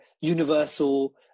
universal